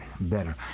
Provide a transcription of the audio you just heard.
better